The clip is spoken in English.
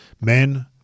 Men